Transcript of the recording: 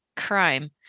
crime